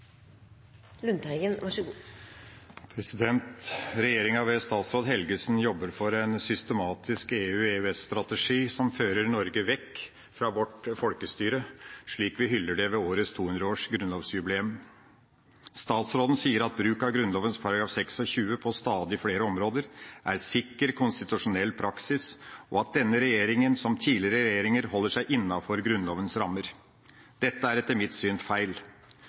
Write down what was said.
som fører Norge vekk fra vårt folkestyre, slik vi hyller det ved årets 200-årsjubileum for Grunnloven. Statsråden sier at bruk av Grunnloven § 26 på stadig flere områder er sikker konstitusjonell praksis, og at denne regjeringa, som tidligere regjeringer, holder seg innenfor Grunnlovens rammer. Dette er etter mitt syn feil.